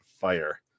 fire